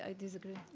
ah disagree.